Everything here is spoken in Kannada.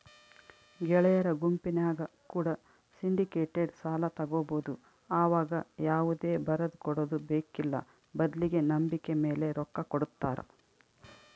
ಗೆಳೆಯರ ಗುಂಪಿನ್ಯಾಗ ಕೂಡ ಸಿಂಡಿಕೇಟೆಡ್ ಸಾಲ ತಗಬೊದು ಆವಗ ಯಾವುದೇ ಬರದಕೊಡದು ಬೇಕ್ಕಿಲ್ಲ ಬದ್ಲಿಗೆ ನಂಬಿಕೆಮೇಲೆ ರೊಕ್ಕ ಕೊಡುತ್ತಾರ